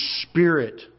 spirit